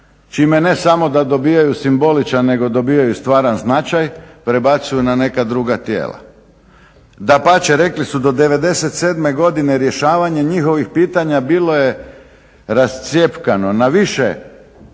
čime ne samo da dobivaju simboličan nego dobivaju stvaran značaj, prebacuju na neka druga tijela. Dapače, rekli su do '97. godine rješavanje njihovih pitanja bilo je rascjepkano na više središnjih